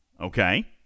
Okay